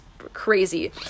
crazy